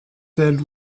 telle